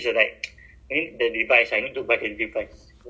um macam mana the person tahu